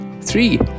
Three